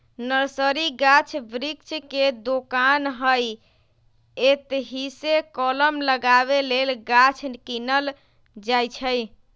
nursery गाछ वृक्ष के दोकान हइ एतहीसे कलम लगाबे लेल गाछ किनल जाइ छइ